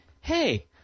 hey